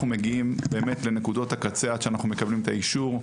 אנחנו מגיעים לנקודות הקצה עד שאנחנו מקבלים את האישור.